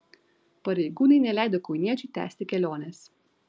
pareigūnai neleido kauniečiui tęsti kelionės